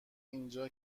اینجا